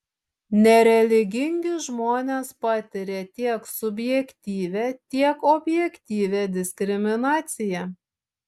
nereligingi žmonės patiria tiek subjektyvią tiek objektyvią diskriminaciją